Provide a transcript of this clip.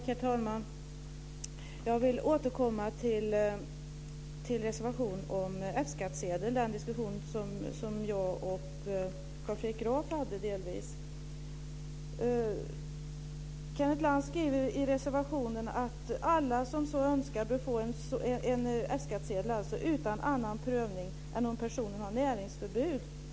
Herr talman! Jag vill återkomma till reservationen om F-skattsedel och den diskussion som jag och Carl Fredrik Graf delvis hade. Kenneth Lantz skriver i reservationen att alla som så önskar bör få en F skattsedel utan annan prövning än om personen har näringsförbud.